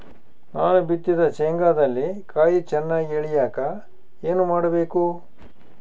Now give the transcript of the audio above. ನಾನು ಬಿತ್ತಿದ ಶೇಂಗಾದಲ್ಲಿ ಕಾಯಿ ಚನ್ನಾಗಿ ಇಳಿಯಕ ಏನು ಮಾಡಬೇಕು?